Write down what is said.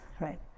right